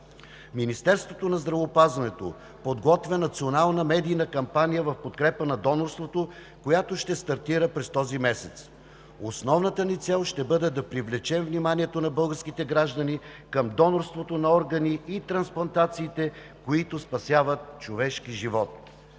Министерството на здравеопазването подготвя национална медийна кампания в подкрепа на донорството, която ще стартира през този месец. Основната ни цел ще бъде да привлечем вниманието на българските граждани към донорството на органи и трансплантациите, които спасяват човешки живот.